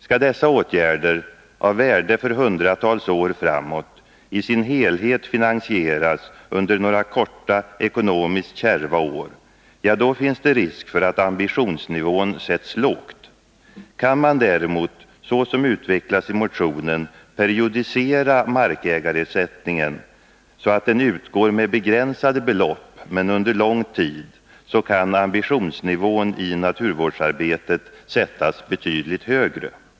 Skall dessa åtgärder — av värde för hundratals år framåt — i sin helhet finansieras under några korta, ekonomiskt kärva år, då finns det risk för att ambitionsnivån sätts lågt. Om man däremot, såsom utvecklas i motionen, kan periodisera markägarersättningen, så att den utgår med begränsade belopp under lång tid, då kan ambitionsnivån i naturvårdsarbetet sättas betydligt högre.